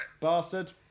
Bastard